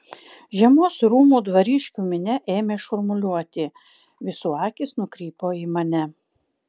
žiemos rūmų dvariškių minia ėmė šurmuliuoti visų akys nukrypo į mane